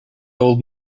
old